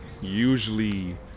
usually